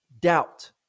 doubt